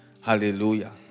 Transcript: Hallelujah